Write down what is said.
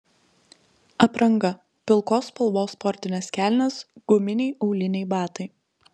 apranga pilkos spalvos sportinės kelnės guminiai auliniai batai